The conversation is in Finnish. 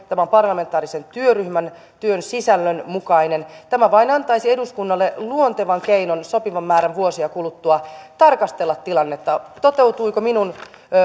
tämä on parlamentaarisen työryhmän työn sisällön mukainen tämä vain antaisi eduskunnalle luontevan keinon sopivan määrän vuosia kuluttua tarkastella tilannetta toteutuiko minun